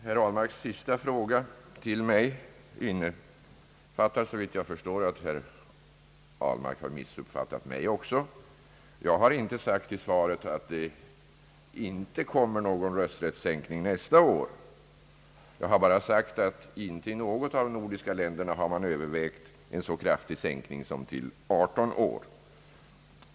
Herr Ahlmarks sista fråga till mig tyder på, såvitt jag förstår, att herr Ahlmark har missuppfattat också mig. Jag har inte sagt i svaret att det inte kommer något förslag om rösträttssänkning nästa år. Jag har bara sagt att man inte i något nordiskt land har övervägt en så kraftig sänkning som till 18 år.